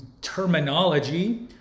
terminology